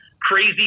crazy